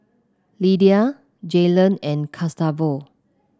Lydia Jaylon and Gustavo